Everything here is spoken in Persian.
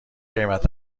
قیمت